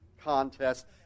contest